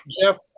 Jeff